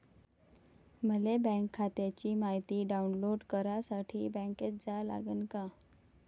मले बँक खात्याची मायती डाऊनलोड करासाठी बँकेत जा लागन का?